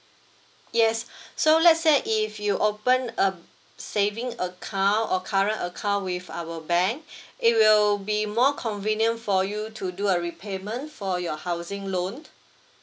yes so let's say if you open a saving account or current account with our bank it will be more convenient for you to do a repayment for your housing loan